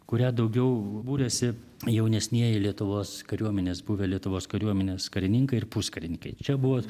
kurią daugiau būrėsi jaunesnieji lietuvos kariuomenės buvę lietuvos kariuomenės karininkai ir puskarininkiai čia buvo